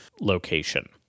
location